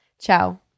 Ciao